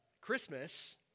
Christmas